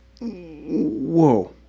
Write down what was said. Whoa